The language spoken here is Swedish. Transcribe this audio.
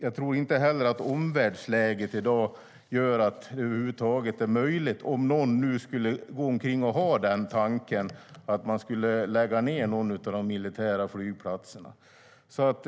Jag tror inte heller att omvärldsläget i dag gör att det över huvud taget är möjligt - om någon nu skulle gå omkring och ha den tanken - att lägga ned någon av de militära flygplatserna.